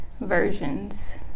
versions